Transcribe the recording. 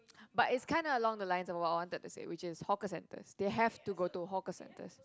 but is kind of along the lines of what I wanna say which is hawker centres they have to go to hawker centres